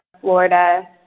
Florida